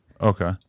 Okay